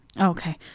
okay